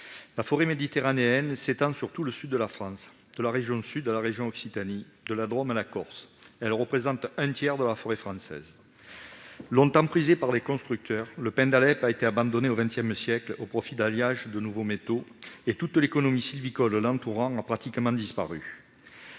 la forêt méditerranéenne s'étend sur tout le sud de la France, de la région Provence-Alpes-Côte d'Azur à l'Occitanie, de la Drôme à la Corse. Elle représente un tiers de la forêt française. Longtemps prisé par les constructeurs, le pin d'Alep a été abandonné au XX siècle au profit d'alliages de nouveaux métaux, et toute l'économie sylvicole l'entourant a pratiquement disparu.